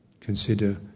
consider